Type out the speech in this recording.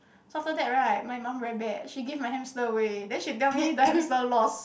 so after that right my mum very bad she give my hamster away then she tell me the hamster lost